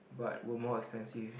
but will more expensive